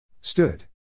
Stood